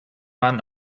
mann